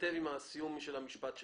מתכתב עם הסיום של המשפט שלך.